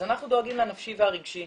אז אנחנו דואגים לנפשי ולרגשי,